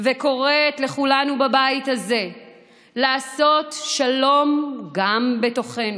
וקוראת לכולנו בבית הזה לעשות שלום גם בתוכנו,